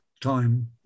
time